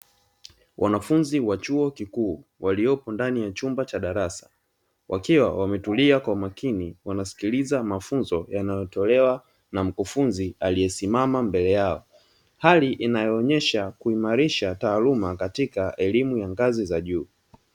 Wanafunzi wa chuo kikuu waliopo ndani ya chumba cha darasa, wakiwa wametulia kwa makini, wanasikiliza mafunzo yanayotolewa na mkufunzi aliyesimama mbele yao. Hali inaonyesha kuimarisha taaluma katika elimu za ngazi za juu.